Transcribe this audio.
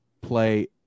play